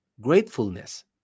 gratefulness